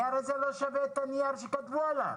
הוא לא שווה את הנייר שכתבו עליו.